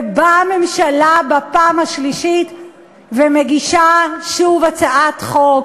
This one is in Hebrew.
ובאה הממשלה בפעם השלישית ומגישה שוב הצעת חוק,